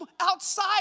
outside